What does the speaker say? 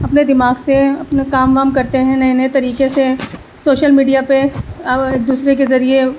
اپنے دماغ سے اپنے کام وام کرتے ہیں نئے نئے طریقے سے سوشل میڈیا پہ ایک دوسرے کے ذریعے